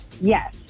Yes